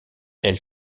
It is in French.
elle